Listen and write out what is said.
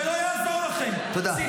ולא יעזור לכם -- תודה.